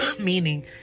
meaning